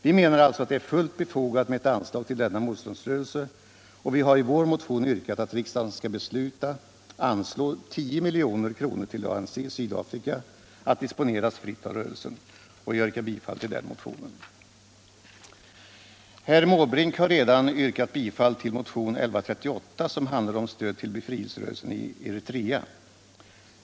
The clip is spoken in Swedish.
Vi menar alltså att det är fullt befogat med ett anslag till denna motståndsrörelse, och vi har i vår motion yrkat att riksdagen skall besluta att anslå 10 milj.kr. till ANC i Sydafrika, att disponeras fritt av rörelsen, och jag yrkar bifall till den motionen. Herr Måbrink har redan yrkat bifall till motionen 1138, som handlar om stöd till befrielserörelsen i Eritrea.